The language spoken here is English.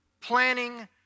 planning